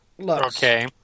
Okay